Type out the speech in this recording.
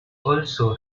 also